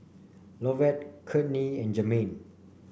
Lovett Kourtney and Jermaine